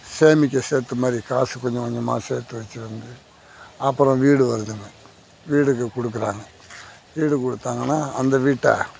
சேமிக்க சேர்த்து மாதிரி கொஞ்சம் கொஞ்சமாக சேர்த்து வச்சு வந்து அப்புறம் வீடு வருதுங்க வீடுக்கு கொடுக்குறாங்க வீடு கொடுத்தாங்கனா அந்த வீட்டை